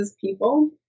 people